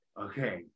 Okay